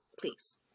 Please